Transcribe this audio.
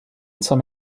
some